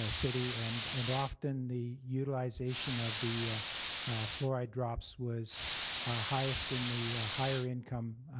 ah city and and often the utilization of the fluoride drops was highest in the higher income